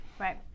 Right